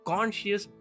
Conscious